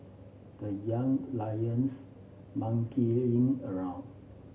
the Young Lions monkeying in around